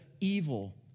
evil